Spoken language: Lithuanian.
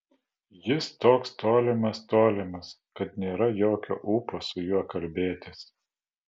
jis toks tolimas tolimas kad nėra jokio ūpo su juo kalbėtis